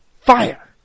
fire